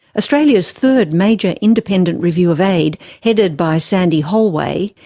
australia's third major independent review of aid, headed by sandy hollway,